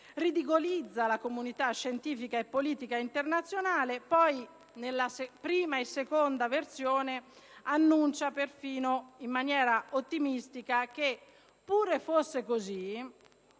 ridicolizza la comunità scientifica e politica internazionale e poi, nella prima e seconda versione, annuncia perfino, in maniera ottimistica, che seppure esistesse